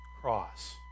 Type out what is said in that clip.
cross